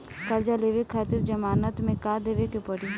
कर्जा लेवे खातिर जमानत मे का देवे के पड़ी?